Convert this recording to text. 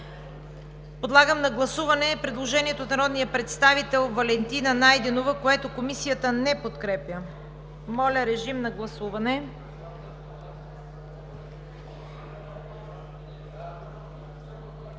Подлагам на гласуване предложението от народния представител Валентина Найденова, което Комисията не подкрепя. Гласували